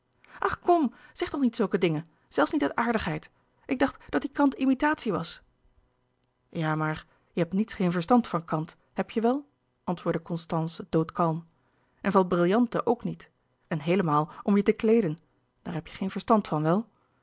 ach kom zeg toch niet zulke dingen zelfs niet uit aardigheid ik dacht dat die kant imitatie was ja maar je hebt niets geen verstand van kant heb je wel antwoordde constance doodkalm en van brillanten ook niet en heelemaal om je te kleeden daar heb je geen verstand van wel